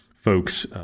folks